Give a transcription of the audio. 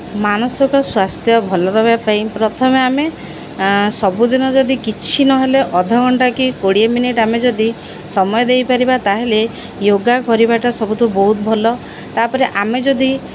ମାନସିକ ସ୍ୱାସ୍ଥ୍ୟ ଭଲ ରହିବା ପାଇଁ ପ୍ରଥମେ ଆମେ ସବୁଦିନ ଯଦି କିଛି ନହେଲେ ଅଧଘଣ୍ଟା କି କୋଡ଼ିଏ ମିନିଟ୍ ଆମେ ଯଦି ସମୟ ଦେଇପାରିବା ତା'ହେଲେ ୟୋଗା କରିବାଟା ସବୁଠୁ ବହୁତ ଭଲ ତାପରେ ଆମେ ଯଦି